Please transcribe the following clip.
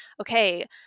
okay